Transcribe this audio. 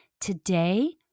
Today